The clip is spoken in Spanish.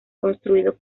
construidos